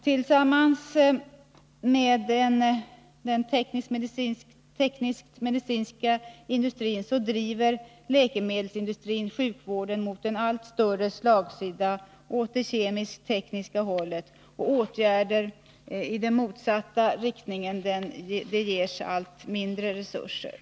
Tillsammans med den medicinsk-tekniska industrin driver läkemedelsindustrin sjukvården mot en allt större slagsida åt det kemisk-tekniska hållet, och åtgärder i motsatt riktning ges allt mindre resurser.